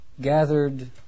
gathered